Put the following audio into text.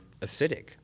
acidic